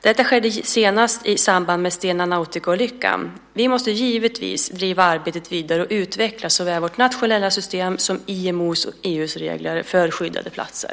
Detta skedde senast i samband med Stena Nautica-olyckan. Vi måste givetvis driva arbetet vidare och utveckla såväl vårt nationella system som IMO:s och EU:s regelverk för skyddade platser.